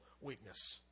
weakness